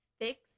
Fix